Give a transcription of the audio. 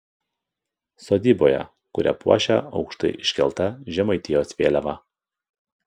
sodyboje kurią puošia aukštai iškelta žemaitijos vėliava